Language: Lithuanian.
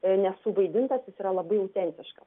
nesuvaidintas jis yra labai teisiškas